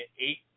eight